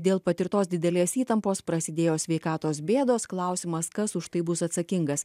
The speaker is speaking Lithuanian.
dėl patirtos didelės įtampos prasidėjo sveikatos bėdos klausimas kas už tai bus atsakingas